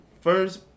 first